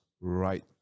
right